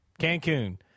Cancun